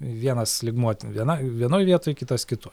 vienas lygmuo ten viena vienoj vietoj kitas kitoj